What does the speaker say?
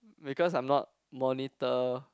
because I'm not monitor